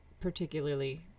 particularly